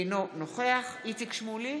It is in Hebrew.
אינו נוכח איציק שמולי,